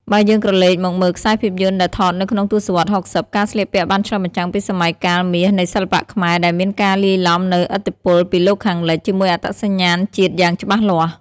បើយើងក្រឡេកមកមើលខ្សែភាពយន្តដែលថតនៅក្នុងទស្សវត្ស៦០ ការស្លៀកពាក់បានឆ្លុះបញ្ចាំងពីសម័យកាលមាសនៃសិល្បៈខ្មែរ ដែលមានការលាយឡំនូវឥទ្ធិពលពីលោកខាងលិចជាមួយអត្តសញ្ញាណជាតិយ៉ាងច្បាស់លាស់។